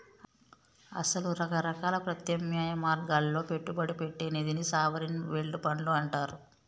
అసలు రకరకాల ప్రత్యామ్నాయ మార్గాల్లో పెట్టుబడి పెట్టే నిధిని సావరిన్ వెల్డ్ ఫండ్లు అంటారు